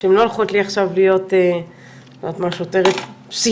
שהן לא הולכות לי עכשיו להיות שוטרת סיור,